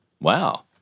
Wow